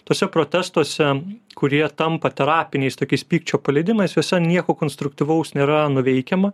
tuose protestuose kurie tampa terapiniais tokiais pykčio paleidimais juose nieko konstruktyvaus nėra nuveikiama